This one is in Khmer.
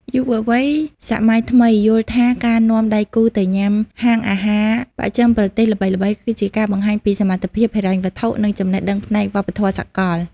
យុវវ័យសម័យថ្មីយល់ថាការនាំដៃគូទៅញ៉ាំហាងអាហារបស្ចិមប្រទេសល្បីៗ គឺជាការបង្ហាញពីសមត្ថភាពហិរញ្ញវត្ថុ និងចំណេះដឹងផ្នែកវប្បធម៌សកល។